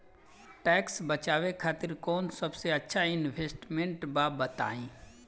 Tax बचावे खातिर कऊन सबसे अच्छा इन्वेस्टमेंट बा बताई?